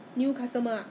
and is within